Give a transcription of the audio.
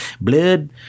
blood